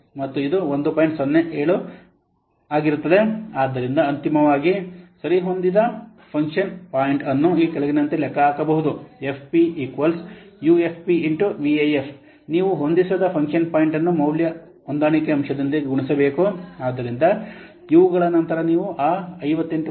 ಆದ್ದರಿಂದ ಅಂತಿಮವಾಗಿ ಸರಿಹೊಂದಿಸಿದ ಫಂಕ್ಷನ್ ಪಾಯಿಂಟ್ ಅನ್ನು ಈ ಕೆಳಗಿನಂತೆ ಲೆಕ್ಕಹಾಕಬಹುದು FP UFP VAF FPUFP VAF ನೀವು ಹೊಂದಿಸದ ಫಂಕ್ಷನ್ ಪಾಯಿಂಟ್ ಅನ್ನು ಮೌಲ್ಯ ಹೊಂದಾಣಿಕೆ ಅಂಶದೊಂದಿಗೆ ಗುಣಿಸಬೇಕು ಆದ್ದರಿಂದ ಇವುಗಳ ನಂತರ ನೀವು ಆ 58